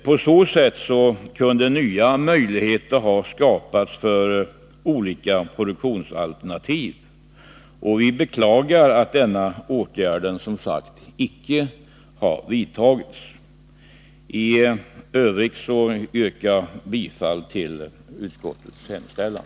På så sätt kunde nya möjligheter ha skapats för olika produktionsalternativ. Vi beklagar att denna åtgärd inte har vidtagits. I övrigt, herr talman, yrkar jag bifall till utskottets hemställan.